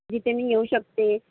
जिथे मी येऊ शकते